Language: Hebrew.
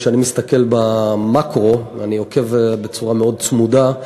כשאני מסתכל במקרו, אני עוקב בצורה מאוד צמודה,